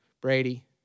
Brady